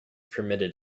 permitted